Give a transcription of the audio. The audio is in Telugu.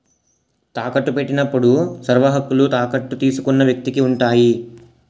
తాకట్టు పెట్టినప్పుడు సర్వహక్కులు తాకట్టు తీసుకున్న వ్యక్తికి ఉంటాయి